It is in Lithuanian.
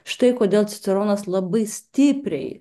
štai kodėl ciceronas labai stipriai